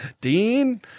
Dean